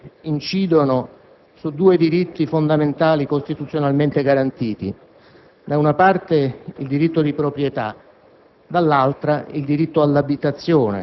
le norme in esame incidono su due diritti fondamentali costituzionalmente garantiti, da una parte il diritto di proprietà,